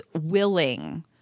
willing